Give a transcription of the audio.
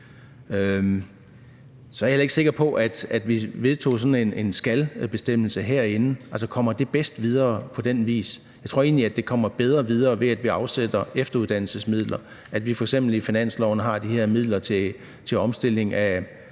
Så er jeg heller ikke sikker på, at hvis vi vedtog sådan en »skal«-bestemmelse herinde, ville det komme bedst videre på den vis. Jeg tror egentlig, det kommer bedre videre, ved at vi afsætter efteruddannelsesmidler, altså at vi f.eks. i finansloven har de her midler til omstilling af